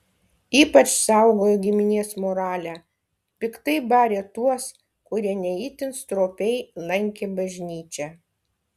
ypač saugojo giminės moralę piktai barė tuos kurie ne itin stropiai lankė bažnyčią